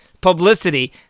publicity